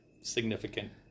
Significant